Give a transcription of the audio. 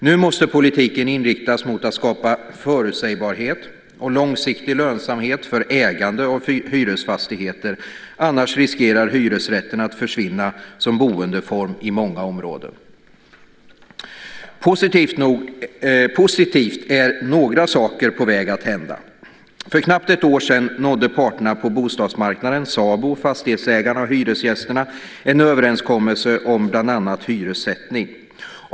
Nu måste politiken inriktas mot att skapa förutsägbarhet och långsiktig lönsamhet för ägande av hyresfastigheter - annars riskerar hyresrätten att försvinna som boendeform i många områden. Positivt är att några saker är på väg att hända. För knappt ett år sedan nådde parterna på bostadsmarknaden, SABO, fastighetsägarna och hyresgästerna, en överenskommelse om bland annat hyressättning.